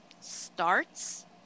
Starts